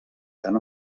tan